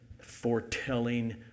foretelling